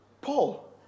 Paul